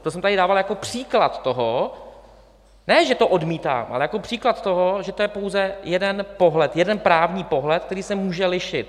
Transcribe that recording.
To jsem tady dával jako příklad toho... ne, že to odmítám, ale jako příklad toho, že to je pouze jeden pohled, jeden právní pohled, který se může lišit.